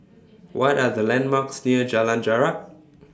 What Are The landmarks near Jalan Jarak